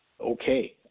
okay